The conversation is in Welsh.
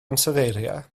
ansoddeiriau